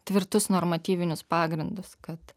tvirtus normatyvinius pagrindus kad